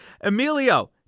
Emilio